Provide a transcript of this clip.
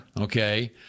Okay